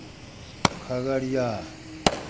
Khagaria